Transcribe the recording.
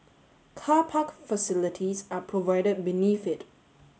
car park facilities are provided beneath it